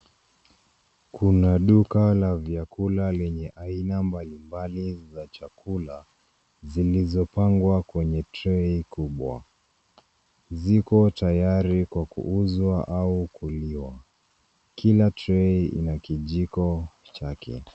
Kuna duka la vyakula lenye aina mbalimbali za chakula zilizopangwa kwenye trei kubwa. ziko tayari kwa kuuzwa au kuliwa. Kila trei ina kijiko chake.